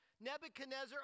Nebuchadnezzar